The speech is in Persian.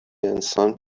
انسان